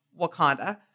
Wakanda